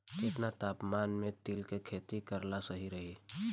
केतना तापमान मे तिल के खेती कराल सही रही?